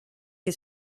que